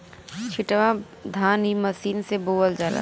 छिटवा धान इ मशीन से बोवल जाला